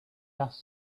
asked